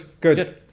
good